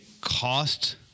cost